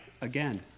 again